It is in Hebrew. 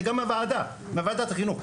אפילו תגובה או התייחסות, גם מוועדת החינוך.